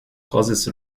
causes